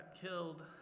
killed